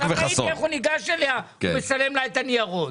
אתה ראית איך הוא ניגש אליה ומצלם לה את הניירות.